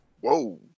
Whoa